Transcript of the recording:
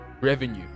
revenue